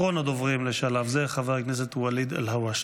אחרון הדוברים לשלב זה, חבר הכנסת ואליד אלהואשלה.